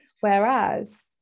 whereas